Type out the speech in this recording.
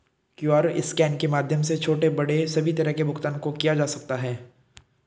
QR scan के माध्यम से छोटे बड़े सभी तरह के भुगतान को किया जा सकता है